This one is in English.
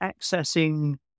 accessing